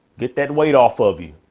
get that weight off of you.